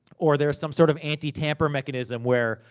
or there is some sort of anti-tamper mechanism where,